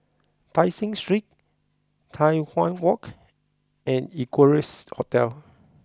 Tai Seng Street Tai Hwan Walk and Equarius Hotel